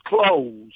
closed